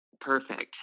Perfect